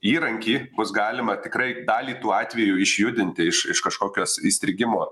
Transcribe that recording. įrankį bus galima tikrai dalį tų atvejų išjudinti iš iš kažkokios įstrigimo